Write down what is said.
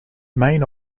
main